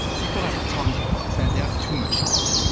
people have tons of logs. they have too much logs. you know